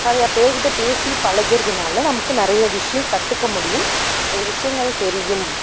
நிறையா பேருக்கிட்ட பேசி பழகிறதுனால நமக்கு நிறைய விஷயம் கற்றுக்க முடியும் நிறைய விஷயங்கள் தெரியும்